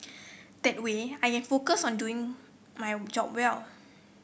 that way I can focus on doing my job well